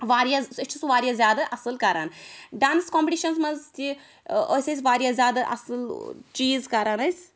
واریاہ أسۍ چھِ سُہ واریاہ زیادٕ اَصٕل کران ڈانٕس کوٚمپٹِشَنَس مَنٛز تہِ ٲسۍ أسۍ واریاہ زیادٕ اَصٕل چیٖز کران أسۍ